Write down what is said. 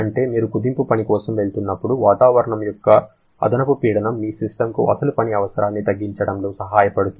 అంటే మీరు కుదింపు పని కోసం వెళుతున్నప్పుడు వాతావరణం యొక్క అదనపు పీడనం మీ సిస్టమ్కు అసలు పని అవసరాన్ని తగ్గించడంలో సహాయపడుతుంది